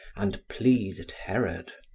and pleased herod.